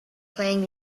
playing